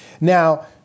Now